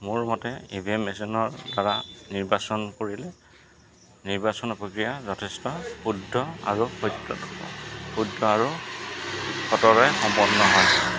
মোৰ মতে E V M মেচিনৰ দ্বাৰা নিৰ্বাচন কৰিলে নিৰ্বাচন প্ৰক্ৰিয়া যথেষ্ট শুদ্ধ আৰু সত্য শুদ্ধ আৰু সত্যৰে সম্পন্ন হয়